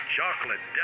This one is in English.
Chocolate